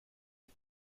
wie